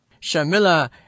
Shamila